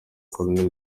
col